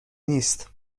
نیست